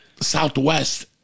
Southwest